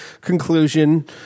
conclusion